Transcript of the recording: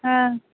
हाँ